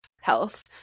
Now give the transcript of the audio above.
Health